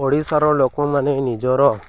ଓଡ଼ିଶାର ଲୋକମାନେ ନିଜର